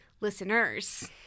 Listeners